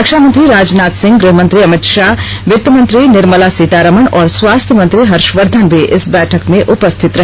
रक्षा मंत्री राजनाथ सिंह गृह मंत्री अमित शाह वित्त मंत्री निर्मला सीतारामन और स्वास्थ्य मंत्री हर्ष वर्धन भी इस बैठक में उपस्थित रहे